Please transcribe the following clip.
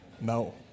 No